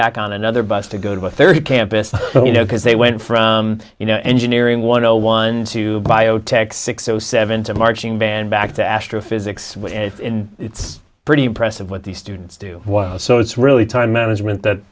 back on another bus to go to a third campus you know because they went from you know engineering one o one to biotech six o seven to marching band back to astrophysics and it's pretty impressive what these students do so it's really time management that